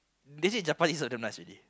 they say damn nice already